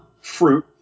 fruit